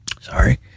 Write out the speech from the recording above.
sorry